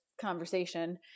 conversation